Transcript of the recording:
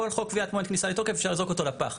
כל חוק קביעת מועד כניסה לתוקף אפשר לזרוק אותו לפח.